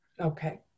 Okay